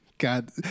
god